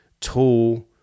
tool